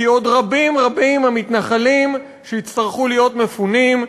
כי עוד רבים רבים המתנחלים שיצטרכו להיות מפונים,